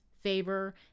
favor